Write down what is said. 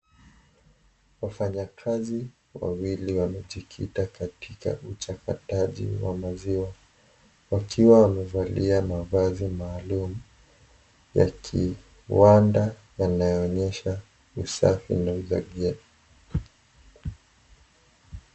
Wafanyakazi wawili wamejikita katika uchakataji wa maziwa wakiwa wamevalia mavazi maalum ya kiwanda wanaonyesha usafi na kufagia.